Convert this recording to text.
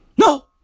No